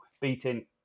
beating